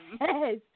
yes